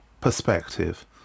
perspective